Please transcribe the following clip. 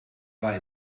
war